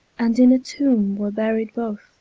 and in a tombe were buried both,